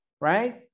right